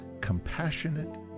compassionate